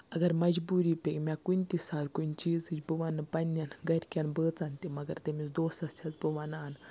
اگر مجبوٗری پیٚیہِ مےٚ کُنہِ تہِ ساتہٕ کُنہِ چیزٕچ بہٕ وَننہٕ نہٕ پَننٮ۪ن گَرِکٮ۪ن بٲژَن تہِ مگر تٔمِس دوسَتَس چھس بہٕ وَنان